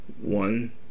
one